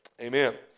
Amen